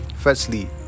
firstly